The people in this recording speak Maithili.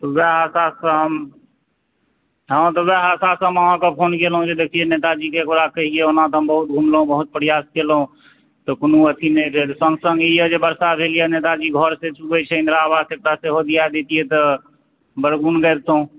ओएह आशासँ हम हँ तऽ ओएह आशासँ हम आहाँकऽ फोन कयलहुँ यऽ जे देखियै नेताजीकेँ एकबेरा कहियै ओना तऽ हम बहुत घुमलहुँ बहुत प्रयास केलहुँ तऽ कोनो अथी नहि भेल सङ्ग सङ्ग ई यऽ जे वर्षा भेल यऽ नेताजी घर से चुबैत छै इन्दिरा आवास एकटा सेहो दिया दैतियै तऽ बड़ गुण गबितहुँ